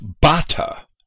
Bata